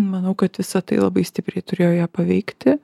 manau kad visa tai labai stipriai turėjo ją paveikti